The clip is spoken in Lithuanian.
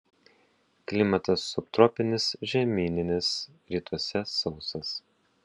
klimatas subtropinis žemyninis rytuose sausas